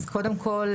אז קודם כל,